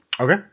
Okay